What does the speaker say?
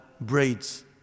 braids